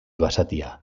basatia